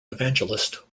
evangelist